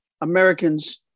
Americans